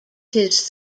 his